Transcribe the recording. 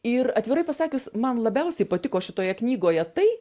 ir atvirai pasakius man labiausiai patiko šitoje knygoje tai